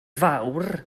fawr